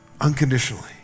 unconditionally